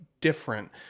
different